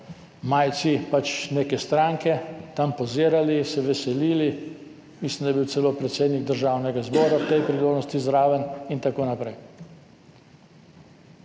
majici neke stranke, tam pozirali, se veselili. Mislim, da je bil celo predsednik Državnega zbora ob tej priložnosti zraven in tako naprej.